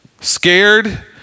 scared